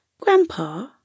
Grandpa